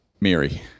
Mary